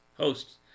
hosts